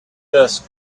dusk